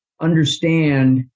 understand